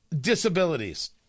disabilities